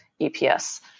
EPS